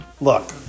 look